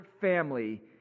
family